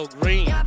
green